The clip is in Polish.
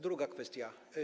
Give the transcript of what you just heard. Druga kwestia.